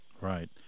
Right